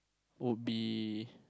would be